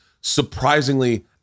surprisingly